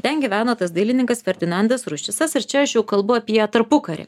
ten gyveno tas dailininkas ferdinandas ruščicas ir čia aš jau kalbu apie tarpukarį